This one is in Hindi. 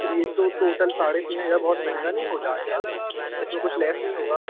तो ये तो टोटल साढ़े तीन हजार बहुत महँगा नहीं हो जाएगा इसमें कुछ लेस नहीं होगा